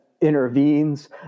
intervenes